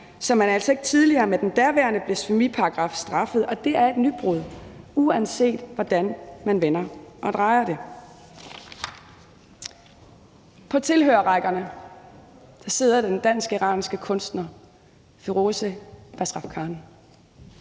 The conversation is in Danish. som man altså ikke tidligere med den daværende blasfemiparagraf straffede, og det er et nybrud, uanset hvordan man vender og drejer det. På tilhørerrækkerne sidder den dansk-iranske kunstner Firoozeh Bazrafkan.